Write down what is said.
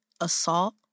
assault